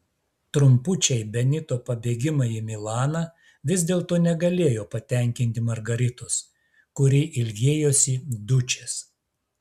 trumpučiai benito pabėgimai į milaną vis dėlto negalėjo patenkinti margaritos kuri ilgėjosi dučės